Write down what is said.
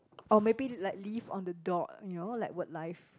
or maybe like leave on the dot you know like work life